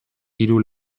hiru